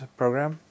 program